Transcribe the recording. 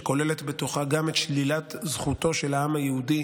שכוללת גם את שלילת זכותו של העם היהודי